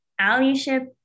allyship